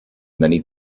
many